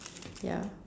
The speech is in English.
ya